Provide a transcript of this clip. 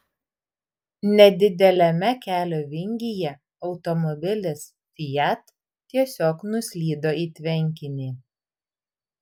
nedideliame kelio vingyje automobilis fiat tiesiog nuslydo į tvenkinį